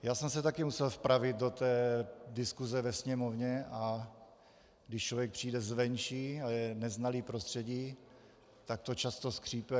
Já jsem se také musel vpravit do té diskuse ve Sněmovně, a když člověk přijde zvenčí a je neznalý prostředí, tak to často skřípe.